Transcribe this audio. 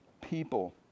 people